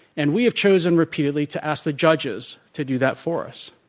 and we have chosen repeatedly to ask the judges to do that for us.